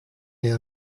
there